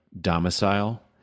domicile